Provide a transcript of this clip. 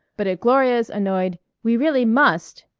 but at gloria's annoyed we really must!